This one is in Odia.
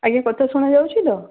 ଆଜ୍ଞା କଥା ଶୁଣା ଯାଉଛି ତ